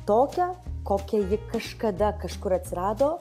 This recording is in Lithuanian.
tokią kokia ji kažkada kažkur atsirado